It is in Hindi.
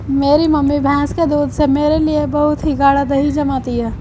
मेरी मम्मी भैंस के दूध से मेरे लिए बहुत ही गाड़ा दही जमाती है